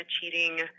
cheating